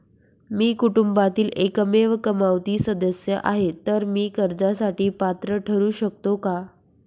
मी कुटुंबातील एकमेव कमावती सदस्य आहे, तर मी कर्जासाठी पात्र ठरु शकतो का?